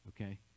okay